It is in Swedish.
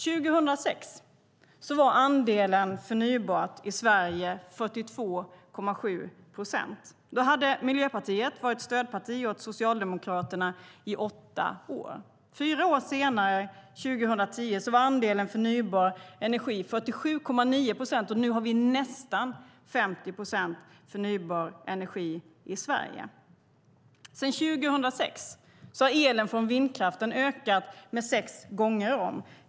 År 2006 var andelen förnybar energi i Sverige 42,7 procent. Då hade Miljöpartiet varit stödparti åt Socialdemokraterna i åtta år. Fyra år senare, 2010, var andelen förnybar energi 47,9 procent, och nu har vi nästan 50 procent förnybar energi i Sverige. Sedan 2006 har elen från vindkraften ökat sex gånger om.